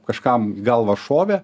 kažkam į galvą šovė